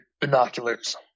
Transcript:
binoculars